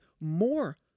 more